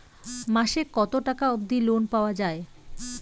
মাসে কত টাকা অবধি লোন পাওয়া য়ায়?